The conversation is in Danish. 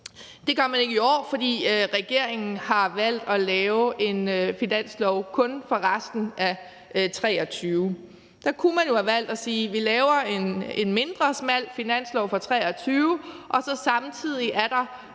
Det gør man ikke i år, fordi regeringen har valgt at lave en finanslov kun for resten af 2023. Der kunne man jo have valgt at sige: Vi laver en mindre smal finanslov for 2023, og samtidig er der